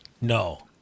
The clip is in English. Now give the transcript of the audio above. No